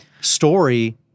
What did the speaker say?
story